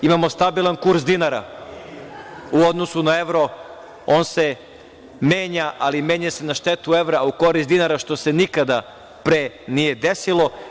Imamo stabilan kurs dinara, u odnosu na evro on se menja, ali menja se na štetu evra, a u korist dinara što se nikada pre nije desilo.